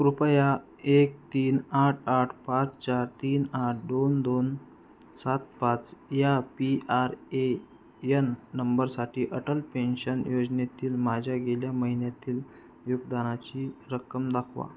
कृपया एक तीन आठ आठ पाच चार तीन आठ दोन दोन सात पाच या पी आर ए एन नंबरसाठी अटल पेन्शन योजनेतील माझ्या गेल्या महिन्यातील योगदानाची रक्कम दाखवा